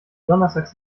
donnerstags